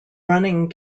running